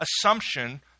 assumption